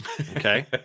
okay